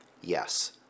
Yes